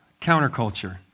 Counterculture